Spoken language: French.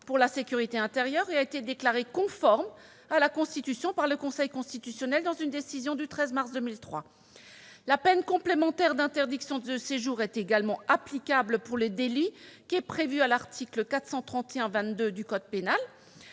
pour la sécurité intérieure et a été déclaré conforme à la Constitution par le Conseil constitutionnel dans une décision du 13 mars 2003. La peine complémentaire d'interdiction de séjour est également applicable pour le délit prévu à l'article 431-22 du code pénal,